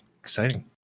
exciting